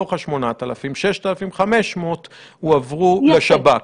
מתוך ה-8,000, 6,500 הועברו לשב"כ.